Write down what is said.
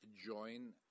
join